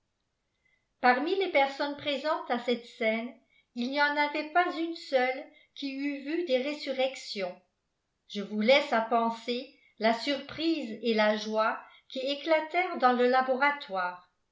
parmi les personnes présentes à cette scène il n'y en avait pas une seule qui eût vu des résurrections je vous laisse à penser la surprise et la joie qui éclatèrent dans le laboratoire